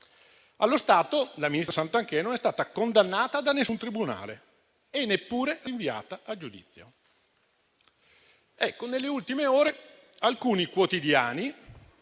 allo stato, la ministra Santanchè non è stata condannata da nessun tribunale e neppure rinviata a giudizio; nelle ultime ore, alcuni quotidiani